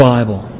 Bible